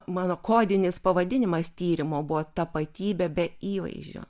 mano kodinis pavadinimas tyrimo buvo tapatybė be įvaizdžio